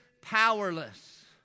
powerless